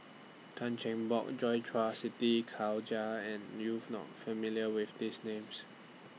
Tan Cheng Bock Joi Chua Siti Khalijah and not familiar with These Names